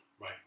Right